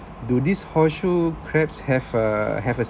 do this horseshoe crabs have a have a